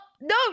no